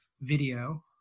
video